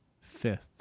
fifth